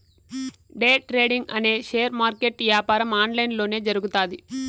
day trading అనే share market యాపారం online లొనే జరుగుతాది